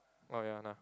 oh ya nah